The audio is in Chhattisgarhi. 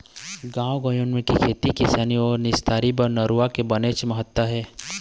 गाँव गंवई म खेती किसानी अउ निस्तारी बर नरूवा के बनेच महत्ता हे